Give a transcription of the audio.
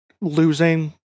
losing